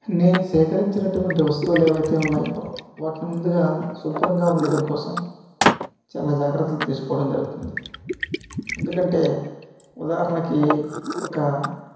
నేను సేకరించిన అటువంటి వస్తువులు ఏవైతే ఉన్నాయో వాటిని ముందుగా శుభ్రంగా ఉండడం కోసం చాలా జాగ్రత్తలు తీసుకోవడం జరుగుతుంది ఎందుకంటే ఉదాహరణకి ఒక